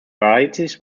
varieties